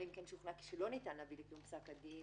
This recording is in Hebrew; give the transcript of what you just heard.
אלא אם כן שוכנע שלא ניתן להביא לקיום פסק הדין